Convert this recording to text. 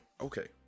Okay